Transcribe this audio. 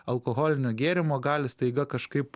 alkoholinio gėrimo gali staiga kažkaip